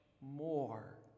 more